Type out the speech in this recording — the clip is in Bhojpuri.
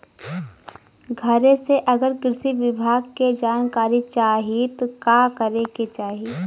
घरे से अगर कृषि विभाग के जानकारी चाहीत का करे के चाही?